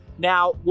Now